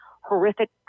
horrific